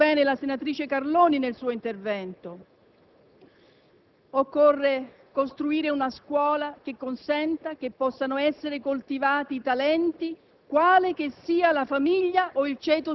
Il nostro obiettivo, dunque, è costruire una scuola che non lasci indietro nessuno e che favorisca la mobilità sociale. Lo ha espresso molto bene la senatrice Carloni nel suo intervento.